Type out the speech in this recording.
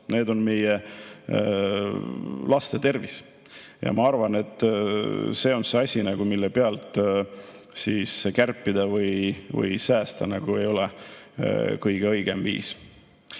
see on meie laste tervis. Ma arvan, et see on see asi, mille pealt kärpida või säästa ei ole kõige õigem viis.